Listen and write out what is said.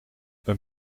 een